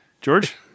George